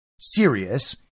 serious